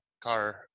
car